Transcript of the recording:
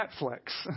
Netflix